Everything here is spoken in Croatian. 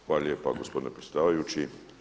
Hvala lijepa gospodine predsjedavajući.